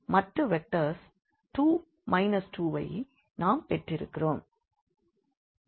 மற்ற வெக்டர்ஸ் 2 2 ஐ நாம் பெற்றிருக்கிறோம்